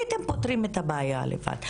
הייתם פותרים את הבעיה לבד.